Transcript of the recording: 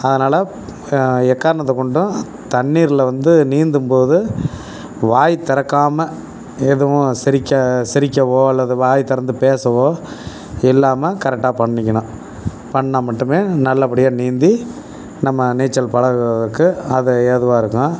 அதனால் எக்காரணத்தை கொண்டும் தண்ணீர்ல வந்து நீந்தும் போது வாய் திறக்காம எதுவும் சிரிக்க சிரிக்கவோ அல்லது வாய் திறந்து பேசவோ இல்லாமல் கரெக்டாக பண்ணிக்கணும் பண்ணால் மட்டுமே நல்லபடியாக நீந்தி நம்ம நீச்சல் பழகுவதற்கு அது ஏதுவாக இருக்கும்